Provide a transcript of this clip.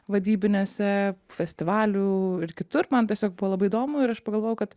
vaidybinėse festivalių ir kitur man tiesiog buvo labai įdomu ir aš pagalvojau kad